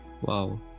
Wow